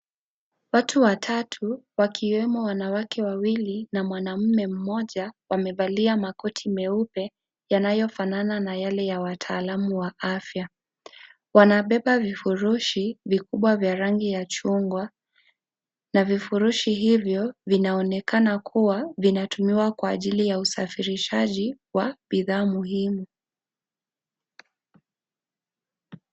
Watu watatu wakiwemo wanawake wawili na mwanaume mmoja wamevalia makoti meupe yanayofanana na yale ya wataalamu wa afya. Wanabeba vifurushi vikubwa vya rangi ya chungwa na vifurushi hivyo vinaonekana kuwa vinatumiwa kwa ajili ya usafirishaji wa bidhaa muhimu.